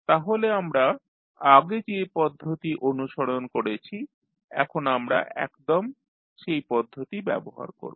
তাহলে আমরা আগে যে পদ্ধতি অনুসরণ করেছি এখন আমরা একদম সেই পদ্ধতি ব্যবহার করব